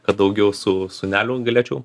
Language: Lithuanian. kad daugiau su sūneliu galėčiau